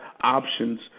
options